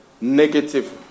negative